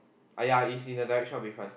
!aiya! it's in the direction of Bayfront